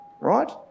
right